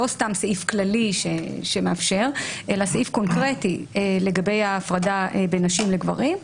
לא סתם סעיף כללי שמאפשר אלא סעיף קונקרטי לגבי ההפרדה בין נשים לגברים,